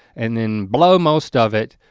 and then blow most of it,